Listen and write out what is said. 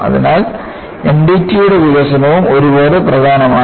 അതിനാൽ NDT യുടെ വികസനവും ഒരുപോലെ പ്രധാനമാണ്